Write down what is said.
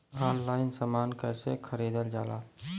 Online समान कैसे खरीदल जाला?